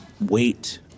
wait